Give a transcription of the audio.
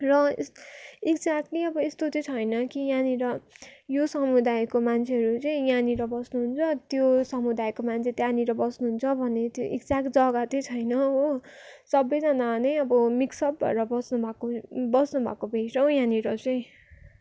र यस एक्ज्याटली चाहिँ अब यस्तो छैन कि यहाँनिर यो समुदायको मान्छेहरू चाहिँ यहाँनिर बस्नुहुन्छ त्यो समुदायको मान्छे त्यहाँनिर बस्नुहुन्छ त्यो एक्ज्याट जग्गा चाहिँ छैन हो सबैजना नै अब मिक्स अप भएर बस्नु भएको बस्नु भएको भेट्छौँ यहाँनिर चाहिँ